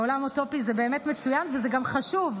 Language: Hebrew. בעולם אוטופי זה באמת מצוין וזה גם חשוב,